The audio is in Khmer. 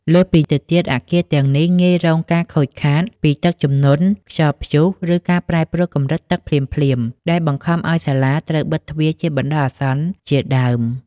លើសពីទៅទៀតអគារទាំងនេះងាយរងការខូចខាតពីទឹកជំនន់ ខ្យល់ព្យុះ ឬការប្រែប្រួលកម្រិតទឹកភ្លាមៗ ដែលបង្ខំឱ្យសាលាត្រូវបិទទ្វារជាបណ្តោះអាសន្នជាដើម។